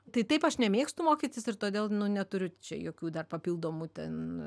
tai taip aš nemėgstu mokytis ir todėl nu neturiu čia jokių dar papildomų ten